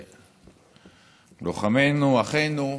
לוחמינו, אחינו,